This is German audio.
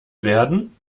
werden